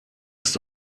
ist